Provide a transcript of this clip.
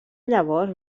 llavors